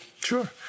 sure